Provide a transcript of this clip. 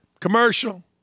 commercial